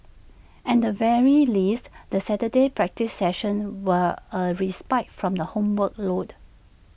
and the very least the Saturday practice sessions were A respite from the homework load